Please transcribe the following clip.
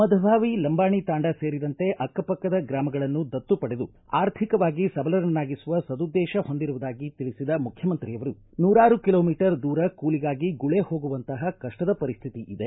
ಮದಭಾವಿ ಲಂಬಾಣಿ ತಾಂಡಾ ಸೇರಿದಂತೆ ಅಕ್ಕ ಪಕ್ಕದ ಗ್ರಾಮಗಳನ್ನು ದತ್ತು ಪಡೆದು ಅರ್ಥಿಕವಾಗಿ ಸಬಲರನ್ನಾಗಿಸುವ ಸದುದ್ನೇತ ಹೊಂದಿರುವುದಾಗಿ ತಿಳಿಸಿದ ಮುಖ್ಯಮಂತ್ರಿಯವರು ನೂರಾರು ಕಿಲೋ ಮೀಟರ್ ದೂರ ಕೂಲಿಗಾಗಿ ಗುಳಿ ಹೋಗುವಂತಹ ಕಪ್ನದ ಪರಿಸ್ತಿತಿ ಇದೆ